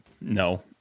No